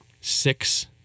six